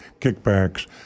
kickbacks